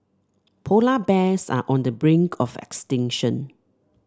polar bears are on the brink of extinction